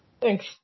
Thanks